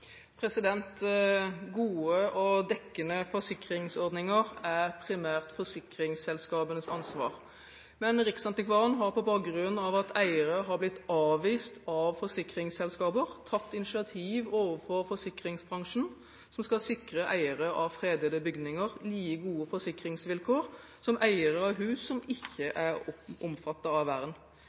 Gode og dekkende forsikringsordninger er primært forsikringsselskapenes ansvar, men Riksantikvaren har på bakgrunn av at eiere har blitt avvist av forsikringsselskaper tatt initiativ overfor forsikringsbransjen som skal sikre eiere av fredete bygninger like gode forsikringsvilkår som eiere av hus som ikke er omfattet av vern.